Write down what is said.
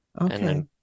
Okay